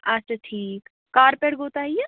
اَچھا ٹھیٖک کَر پٮ۪ٹھ گوٚو تۄہہِ یہِ